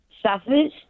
suffers